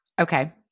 Okay